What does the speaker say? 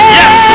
yes